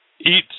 eat